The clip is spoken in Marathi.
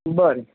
बर